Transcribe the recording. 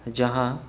جہاں